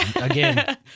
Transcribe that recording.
Again